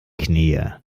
knie